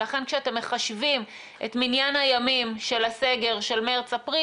לכן כשאתם מחשבים את מניין הימים של הסגר של מרץ-אפריל,